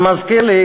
זה מזכיר לי,